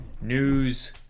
News